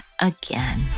again